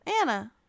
Anna